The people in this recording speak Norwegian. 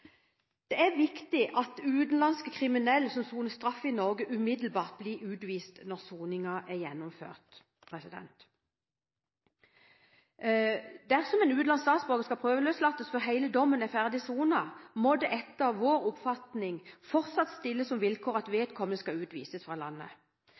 Det er viktig at utenlandske kriminelle som soner sin straff i Norge, umiddelbart blir utvist når soningen er gjennomført. Dersom en utenlandsk statsborger skal prøveløslates før hele dommen er ferdig sonet, må det etter vår oppfatning fortsatt stilles som vilkår at